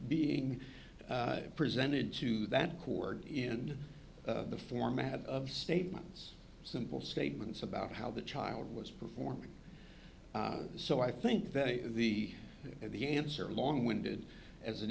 being presented to that chord in the format of statements simple statements about how the child was performing so i think that the the answer long winded as it